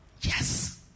Yes